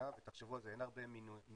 תחשבו על זה, אין הרבה מינויים